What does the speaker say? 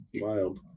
wild